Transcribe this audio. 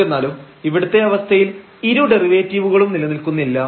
എന്നിരുന്നാലും ഇവിടുത്തെ അവസ്ഥയിൽ ഇരു ഡെറിവേറ്റീവുകളും നിലനിൽക്കുന്നില്ല